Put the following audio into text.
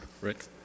Rick